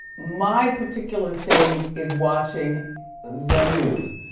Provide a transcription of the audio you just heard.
my particular thing is watching the news.